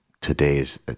today's